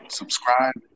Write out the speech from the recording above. subscribe